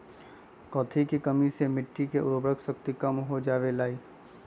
कथी के कमी से मिट्टी के उर्वरक शक्ति कम हो जावेलाई?